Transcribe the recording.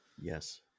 Yes